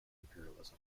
imperialism